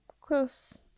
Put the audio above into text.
close